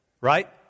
right